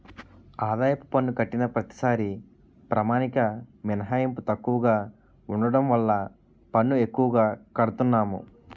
ఆదాయపు పన్ను కట్టిన ప్రతిసారీ ప్రామాణిక మినహాయింపు తక్కువగా ఉండడం వల్ల పన్ను ఎక్కువగా కడతన్నాము